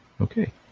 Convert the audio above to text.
okay